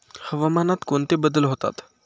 हवामानात कोणते बदल होतात?